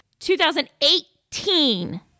2018